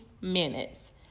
minutes